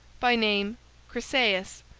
by name chryseis,